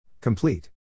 Complete